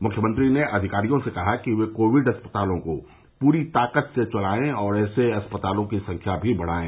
मुख्यमंत्री ने अधिकारियों से कहा कि वे कोविड अस्पतालों को पूरी ताकत से चलाए और ऐसे अस्पतालों की संख्या भी बढ़ाएं